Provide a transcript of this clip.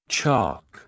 Chalk